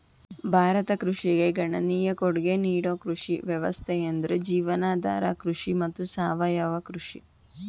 ಭಾರತ ಕೃಷಿಗೆ ಗಣನೀಯ ಕೊಡ್ಗೆ ನೀಡೋ ಕೃಷಿ ವ್ಯವಸ್ಥೆಯೆಂದ್ರೆ ಜೀವನಾಧಾರ ಕೃಷಿ ಮತ್ತು ಸಾವಯವ ಕೃಷಿ